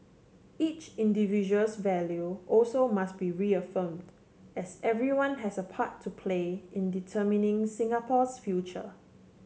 each individual's value also must be reaffirmed as everyone has a part to play in determining Singapore's future